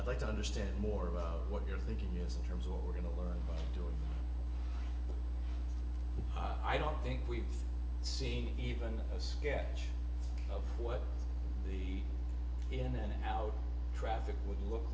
i'd like to understand more about what you're thinking here's in terms of what we're going to learn i don't think we've seen even a sketch of what the in and out traffic would look